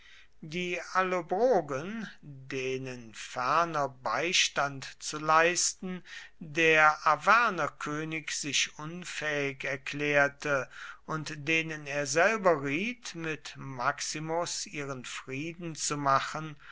die allobrogen denen ferner beistand zu leisten der arvernerkönig sich unfähig erklärte und denen er selber riet mit maximus ihren frieden zu machen